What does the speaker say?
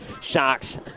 Sharks